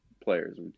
players